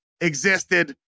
existed